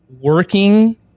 working